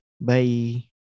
Bye